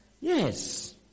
Yes